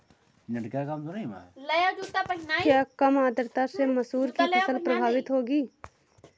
क्या कम आर्द्रता से मसूर की फसल प्रभावित होगी?